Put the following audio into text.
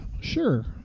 sure